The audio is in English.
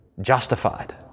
justified